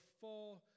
four